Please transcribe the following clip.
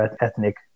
ethnic